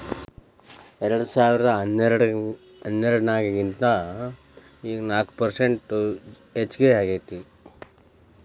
ಎರೆಡಸಾವಿರದಾ ಹನ್ನೆರಡರಾಗಿನಕಿಂತ ನಾಕ ಪರಸೆಂಟ್ ಹೆಚಗಿ ಆಗೇತಿ